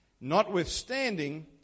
Notwithstanding